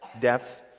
death